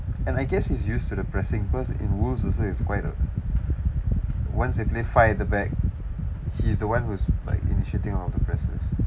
and I guess he's used to the pressing cause in woos also it was quite a one signify the back he's the [one] who was like initiating all the presses